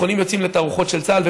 תיכונים יוצאים לתערוכות של צה"ל,